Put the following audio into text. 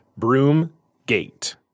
Broomgate